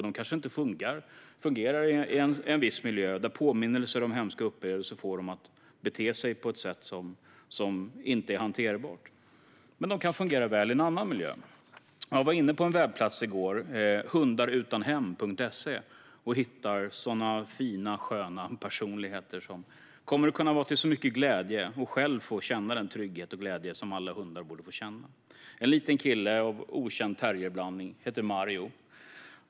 De kanske inte fungerar i en viss miljö där påminnelser om hemska upplevelser får dem att bete sig på ett sätt som inte är hanterbart. Men de kan fungera väl i en annan miljö. Jag var inne på en webbplats i går, hundarutanhem.se, och hittade sådana fina, sköna personligheter som kommer att kunna vara till så mycket glädje och själva få känna den trygghet och glädje som alla hundar borde få känna. En liten kille av okänd terrierblandning heter Mario.